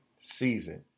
season